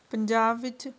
ਪੰਜਾਬ ਵਿੱਚ